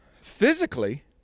Physically